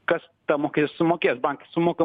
kas tą mokestį sumokės bankas sumoka